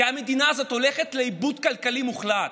כי המדינה הזאת הולכת לאיבוד כלכלי מוחלט.